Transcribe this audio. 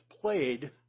played